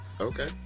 Okay